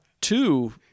Two